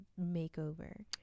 makeover